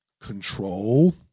control